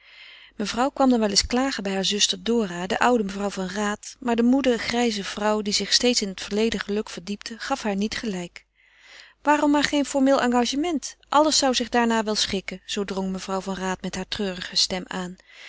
mevrouw kwam dan wel eens klagen bij hare zuster dora de oude mevrouw van raat maar de moede grijze vrouw die zich steeds in het verleden geluk verdiepte gaf haar niet gelijk waarom maar geen formeel engagement alles zou zich daarna wel schikken zoo drong mevrouw van raat met haar treurige stem aan